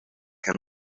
can